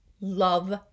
love